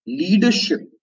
leadership